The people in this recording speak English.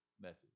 message